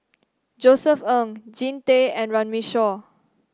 Josef Ng Jean Tay and Runme Shaw